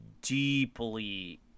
deeply